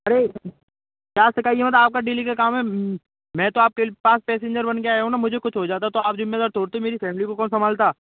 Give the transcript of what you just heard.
अरे आपका डेली का काम हे में तो आपके पास पैसेंजर बनके आया हूँ न मुझे कुछ हो जाता तो आप जिम्मेदार मेरी फेमली को कौन संभालता